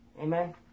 Amen